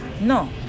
No